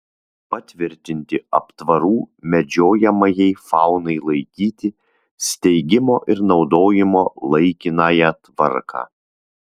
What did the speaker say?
patvirtinti aptvarų medžiojamajai faunai laikyti steigimo ir naudojimo laikinąją tvarką